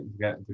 get